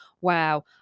wow